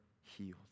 healed